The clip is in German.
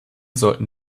sollten